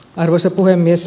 arvoisa puhemies